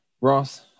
Ross